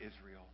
Israel